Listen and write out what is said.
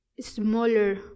smaller